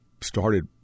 started